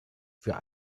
für